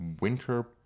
winter